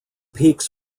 peaks